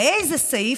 מאיזה סעיף?